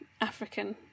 African